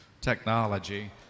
technology